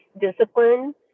discipline